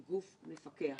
כנסת היא לא מפעל פרטי,